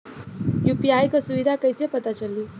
UPI क सुविधा कैसे पता चली?